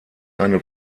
eine